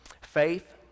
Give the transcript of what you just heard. Faith